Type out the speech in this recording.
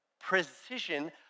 precision